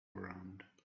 ground